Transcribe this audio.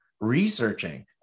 researching